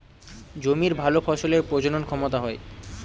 জমির ভালো ফসলের প্রজনন ক্ষমতা হয়